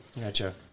Gotcha